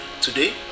today